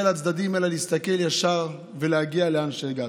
לצדדים אלא להסתכל ישר ולהגיע לאן שהגעת.